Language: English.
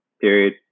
period